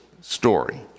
story